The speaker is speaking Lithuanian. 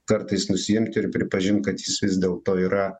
kartais nusiimti ir pripažinti kad jis vis dėlto yra